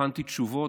הכנתי תשובות.